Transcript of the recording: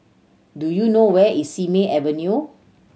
do you know where is Simei Avenue